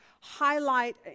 highlight